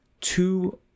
two